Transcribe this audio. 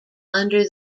under